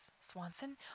Swanson